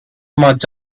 much